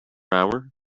hour